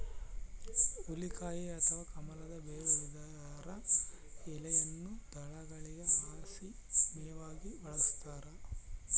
ಹುಲಿಕಾಯಿ ಅಥವಾ ಕಮಲದ ಬೇರು ಇದರ ಎಲೆಯನ್ನು ದನಗಳಿಗೆ ಹಸಿ ಮೇವಾಗಿ ಬಳಸ್ತಾರ